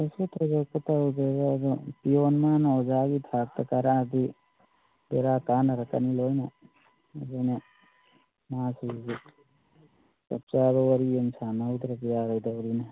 ꯀꯩꯁꯨ ꯊꯣꯏꯗꯣꯛꯄ ꯇꯧꯗꯦꯗ ꯑꯗꯣ ꯄꯤꯌꯣꯟ ꯃꯥꯅ ꯑꯣꯖꯥꯒꯤ ꯊꯥꯛꯇ ꯀꯥꯔꯛꯑꯗꯤ ꯕꯦꯔꯥ ꯀꯥꯅꯔꯛꯀꯅꯤ ꯂꯣꯏꯅ ꯑꯗꯨꯅ ꯃꯥꯁꯤ ꯆꯞ ꯆꯥꯕ ꯋꯥꯔꯤ ꯑꯃ ꯁꯥꯟꯅꯍꯧꯗ꯭ꯔꯗꯤ ꯌꯥꯔꯣꯏꯗꯧꯔꯤꯅꯦ